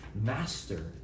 master